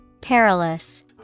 perilous